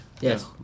Yes